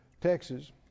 Texas